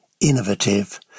innovative